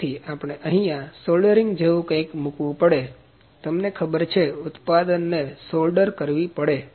તેથી આપણે અહીંયા સોલ્ડરિંગ જેવું કંઇક મૂકવું પડે તમને ખબર છે ઉત્પાદ ને સોલ્ડર કરવી પડે